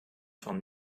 van